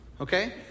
Okay